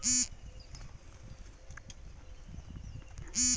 আথ্থিক সহায়তার জ্যনহে এপলাই ক্যরতে গ্যালে সরকারি দপ্তর আর ইলটারলেটে ক্যরতে হ্যয়